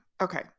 Okay